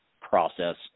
process